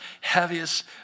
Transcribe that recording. heaviest